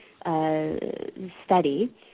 study